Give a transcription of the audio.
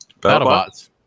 BattleBots